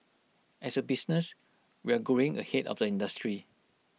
as A business we're growing ahead of the industry